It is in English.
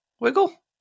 wiggle